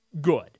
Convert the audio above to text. good